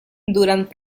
durant